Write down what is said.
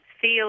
feel